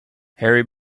harry